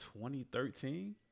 2013